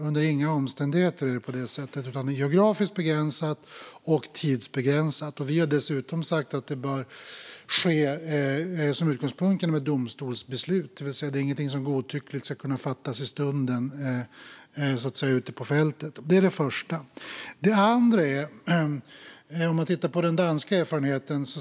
Under inga omständigheter är det på det sättet, utan det är geografiskt begränsat och tidsbegränsat. Vi har dessutom sagt att utgångspunkten är att det bör ske genom ett domstolsbeslut, det vill säga att det inte ska kunna fattas ett godtyckligt beslut i stunden ute på fältet. Det sägs ibland att det inte finns utvärderingar av den danska erfarenheten.